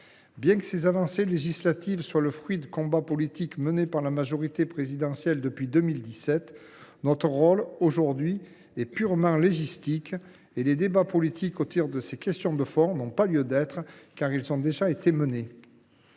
Bien que ces avancées législatives soient le fruit de combats politiques menés par la majorité présidentielle depuis 2017, notre rôle, aujourd’hui, est purement légistique. Les débats politiques autour de ces questions de fond n’ont pas lieu d’être, car ils ont déjà été menés.